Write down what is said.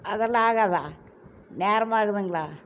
அதெல்லாம் ஆகாதா நேரமாகுதுங்களா